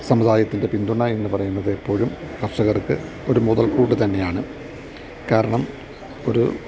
സമുദായത്തിൻ്റെ പിന്തുണയെന്ന് പറയുന്നത് എപ്പോഴും കർഷകർക്കൊരു മുതൽക്കൂട്ട് തന്നെയാണ് കാരണം ഒരു